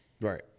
Right